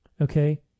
Okay